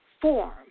form